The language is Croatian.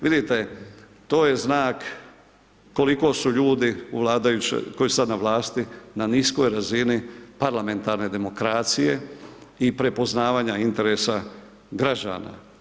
Vidite to je znak koliko su ljudi u vladajućoj, koji su sada na vlasti na niskoj razini parlamentarne demokracije i prepoznavanja interesa građana.